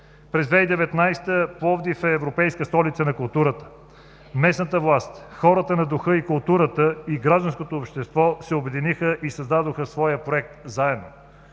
През 2019 г. Пловдив е Европейска столица на културата. Местната власт, хората на духа и културата и гражданското общество се обединиха и създадоха своя проект заедно,